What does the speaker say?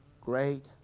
great